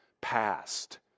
past